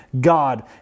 God